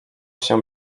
się